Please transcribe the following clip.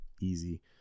easy